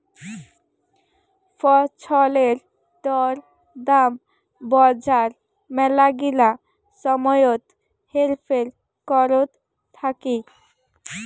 ফছলের দর দাম বজার মেলাগিলা সময়ত হেরফের করত থাকি